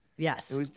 Yes